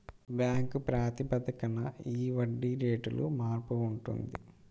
bank ప్రాతిపదికన ఈ వడ్డీ రేటులో మార్పు ఉంటుంది